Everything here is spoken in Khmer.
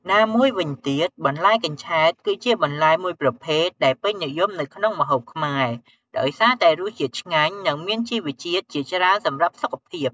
ណាមួយវិញទៀត បន្លែកញ្ឆែត គឺជាបន្លែមួយប្រភេទដែលពេញនិយមនៅក្នុងម្ហូបខ្មែរ ដោយសារតែរសជាតិឆ្ងាញ់ និងមានជីវជាតិជាច្រើនសម្រាប់សុខភាព។